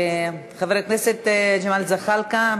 חבר הכנסת ג'מאל זחאלקה?